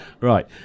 Right